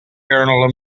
journal